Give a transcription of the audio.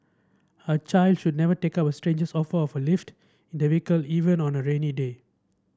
a child should never take up a stranger's offer of a lift in their vehicle even on a rainy day